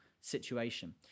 situation